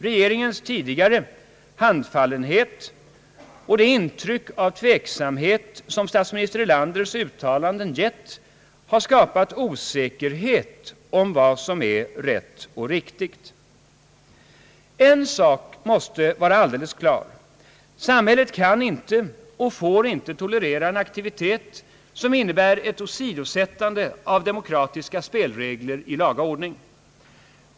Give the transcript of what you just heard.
Regeringens tidigare handfallenhet och det intryck av tveksamhet som statsminister Erlanders uttalanden gett har skapat osäkerhet om vad som är rätt och riktigt. En sak måste vara alldeles klar — samhället kan inte och får inte tolerera en aktivitet som innebär ett åsidosättande av demokratiska spelregler.